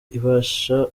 ibasha